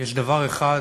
יש דבר אחד